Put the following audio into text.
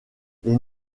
les